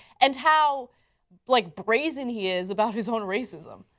and how but like brazen he is about his own racism.